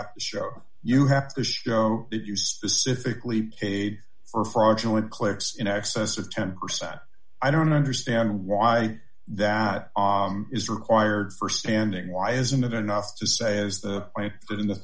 have to show you have to show that you specifically a are fraudulent clicks in excess of ten percent i don't understand why that is required for standing why isn't it enough to say is the client in the